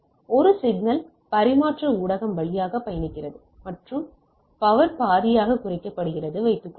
ஒரு சிக்னல் ஒரு பரிமாற்ற ஊடகம் வழியாக பயணிக்கிறது மற்றும் அதன் பவர் பாதியாக குறைக்கப்படுகிறது என்று வைத்துக்கொள்வோம்